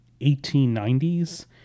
1890s